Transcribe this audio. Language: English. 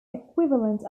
equivalent